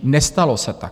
Nestalo se tak.